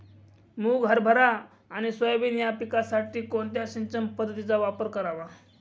मुग, हरभरा आणि सोयाबीन या पिकासाठी कोणत्या सिंचन पद्धतीचा वापर करावा?